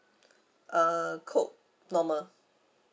uh Coke normal